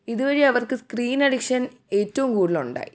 ഇതു വഴി അവർക്ക് സ്ക്രീൻ അഡിക്ഷൻ ഏറ്റവും കൂടുതലുണ്ടായി